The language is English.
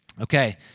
Okay